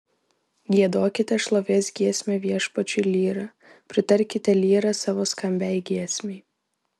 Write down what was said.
giedokite šlovės giesmę viešpačiui lyra pritarkite lyra savo skambiai giesmei